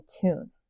tune